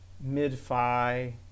mid-fi